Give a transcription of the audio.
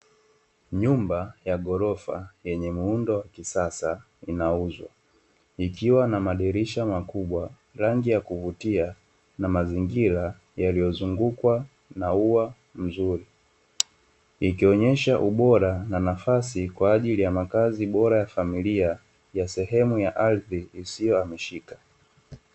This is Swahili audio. Nyumba ya ghorofa yenye muundo wa kisasa inauzwa. Ikiwa na madirisha makubwa, rangi ya kuvutia na mazingira yaliyozungukwa na ua zuri. Ikionyesha ubora na nafasi kwa ajili ya makazi bora ya familia ya sehemu ya ardhi isiyo hamishika.